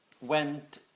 went